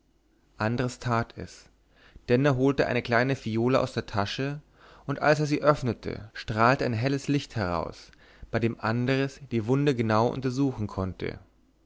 andres tat es denner holte eine kleine phiole aus der tasche und als er sie öffnete strahlte ein helles licht heraus bei dem andres die wunde genau untersuchen konnte